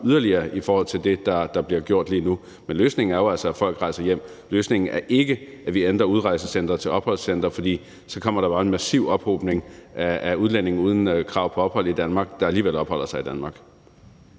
yderligere i forhold til det, der bliver gjort lige nu. Men løsningen er jo altså, at folk rejser hjem. Løsningen er ikke, at vi ændrer udrejsecentre til opholdscentre, for så kommer der bare en massiv ophobning af udlændinge uden krav på ophold i Danmark, der alligevel opholder sig i Danmark.